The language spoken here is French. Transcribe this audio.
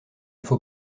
faut